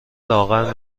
لاغر